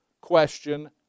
question